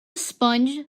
sponge